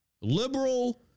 liberal